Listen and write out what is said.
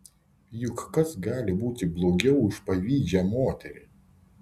juk kas gali būti blogiau už pavydžią moterį